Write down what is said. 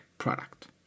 product